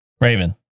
Raven